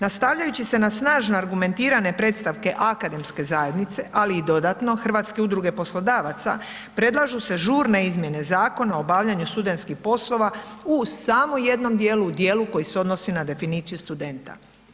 Nastavljajući se na snažno argumentirane predstavke akademske zajednice, ali i dodatno, Hrvatske udruge poslodavaca, predlažu se žurne izmjene Zakona o obavljanju studentskih poslova u samo jednom dijelu, u dijelu koji se odnosi na definiciju studenta.